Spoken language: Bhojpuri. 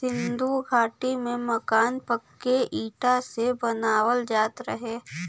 सिन्धु घाटी में मकान पक्के इटा से बनावल जात रहे